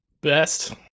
Best